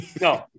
No